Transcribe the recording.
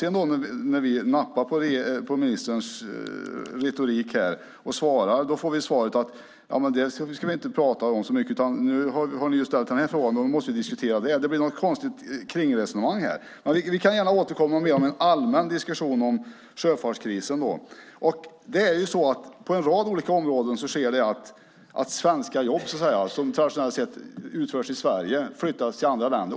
Sedan när vi nappar på ministerns retorik och svarar får vi veta att det ska man inte prata om så mycket: Nu har vi ställt den här frågan. Då måste vi diskutera det. Det blir ett konstigt kringresonemang här. Vi kan gärna återkomma med en mer allmän diskussion om sjöfartskrisen. På en rad olika områden sker det att jobb som traditionellt sett utförs i Sverige flyttas till andra länder.